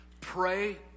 Pray